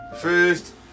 First